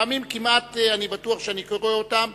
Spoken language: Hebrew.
לפעמים אני כמעט בטוח שאני קורא אותם